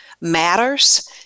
matters